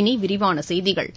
இனி விரிவான செய்திகள்